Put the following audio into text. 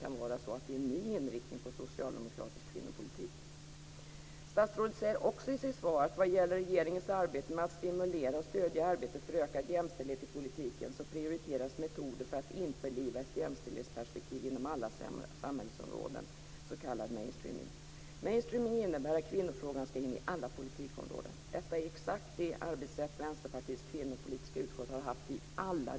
Nu tycker jag att de är omoderna, och jag har därför satt i gång en översyn av reglerna. Inger Schörling är utredare, och hon skall lämna sitt förslag till mig senast den 31 december. Jag är övertygad om att vi genom att stötta nya former av organisationer, nya sätt att organisera sig via nätverk eller spontana grupper, också kan nå nya kvinnor och män, nya aktiva jämställdhetsarbetare, som de traditionella organisationerna i dag inte når.